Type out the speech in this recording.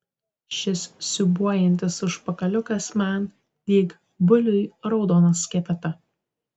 šis siūbuojantis užpakaliukas man lyg buliui raudona skepeta